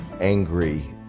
angry